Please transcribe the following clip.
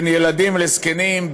בין ילדים לזקנים,